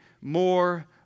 more